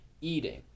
eating